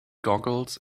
goggles